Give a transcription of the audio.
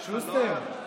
שוסטר,